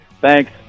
Thanks